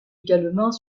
également